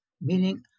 meaning